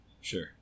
Sure